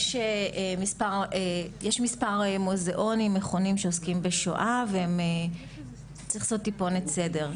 יש מספר מוזיאונים ומכונים שעוסקים בשואה וצריך לעשות טיפונת סדר.